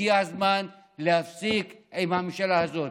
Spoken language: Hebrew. הגיע הזמן להפסיק עם הממשלה הזו.